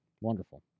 wonderful